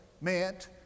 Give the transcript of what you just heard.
meant